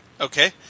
Okay